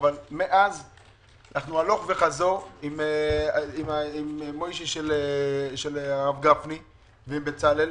אבל מאז אנחנו הלוך וחזור עם משה של הרב גפני ועם בצלאל.